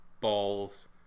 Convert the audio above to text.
balls